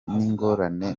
n’ingorane